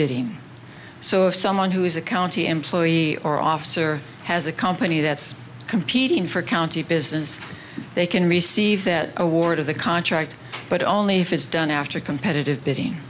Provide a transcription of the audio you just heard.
bidding so if someone who is a county employee or officer has a company that's competing for county business they can receive that award of the contract but only if it's done after competitive bidding